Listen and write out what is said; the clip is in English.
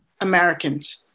Americans